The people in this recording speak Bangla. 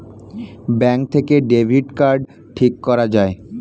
ব্যাঙ্ক থেকে ডেবিট কার্ড ঠিক করা যায়